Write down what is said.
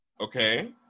okay